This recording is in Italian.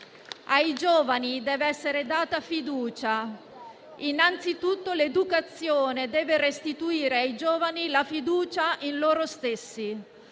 Ai giovani dev'essere data fiducia. Innanzitutto, l'educazione deve restituire loro la fiducia in se stessi.